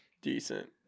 decent